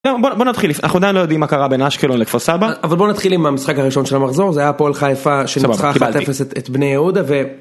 בוא נתחיל, אנחנו עדיין לא יודעים מה קרה בין אשקלון לכפר סבא אבל בוא נתחיל עם המשחק הראשון של המחזור זה היה הפועל חיפה שניצחה אחת אפס את בני יהודה